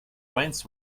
veins